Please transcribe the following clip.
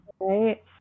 right